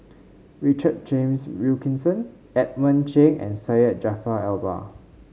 Richard James Wilkinson Edmund Cheng and Syed Jaafar Albar